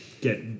get